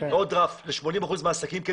רף ל-80 אחוזים מהעסקים.